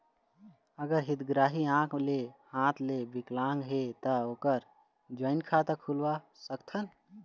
अगर हितग्राही आंख ले हाथ ले विकलांग हे ता ओकर जॉइंट खाता खुलवा सकथन?